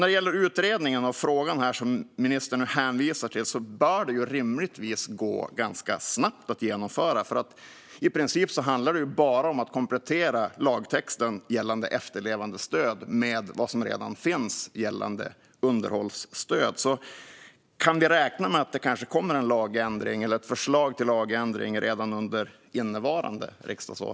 När det gäller den utredning av frågan som ministern nu hänvisar till bör det rimligtvis gå ganska snabbt att genomföra. I princip handlar det bara om att komplettera lagtexten gällande efterlevandestöd med vad som redan finns i lagtexten gällande underhållsstöd. Kan vi räkna med att det kanske kommer en lagändring eller ett förslag till lagändring redan under innevarande riksdagsår?